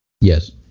Yes